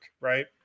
right